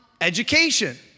education